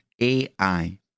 AI